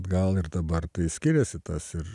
gal ir dabar tai skiriasi tas ir